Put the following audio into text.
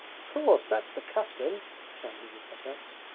of course! that's the custom chimed in the cossacks.